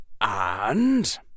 and